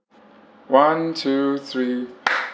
one two three